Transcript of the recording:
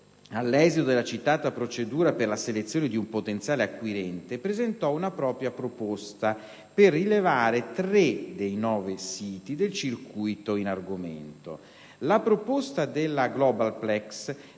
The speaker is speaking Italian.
all'esito della citata procedura per la selezione di un potenziale acquirente, presentò una propria proposta per rilevare tre dei nove siti del circuito in argomento. La proposta della Globalplex